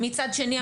מצד שני,